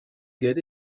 get